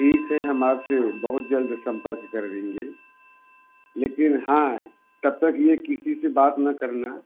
ठीक है हम आपसे बहुत जल्द संपर्क कर रेंगे लेकिन हाँ तब तक ये किसी से बात ना करना